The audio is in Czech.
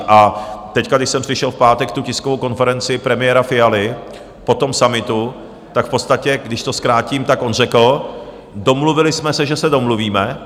A teď, když jsem slyšel v pátek tiskovou konferenci premiéra Fialy po tom summitu, tak v podstatě, když to zkrátím, on řekl: Domluvili jsme se, že se domluvíme.